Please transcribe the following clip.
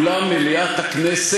למה אתה אומר את זה,